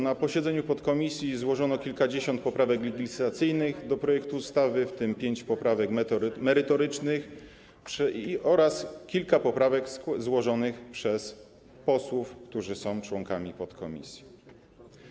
Na posiedzeniu podkomisji złożono kilkadziesiąt poprawek legislacyjnych do projektu ustawy, w tym pięć poprawek merytorycznych oraz kilka poprawek złożonych przez posłów, którzy są członkami podkomisji.